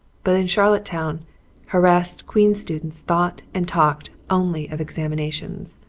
but in charlottetown harassed queen's students thought and talked only of examinations.